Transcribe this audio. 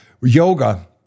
yoga